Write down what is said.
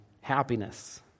happiness